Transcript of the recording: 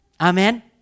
Amen